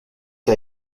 que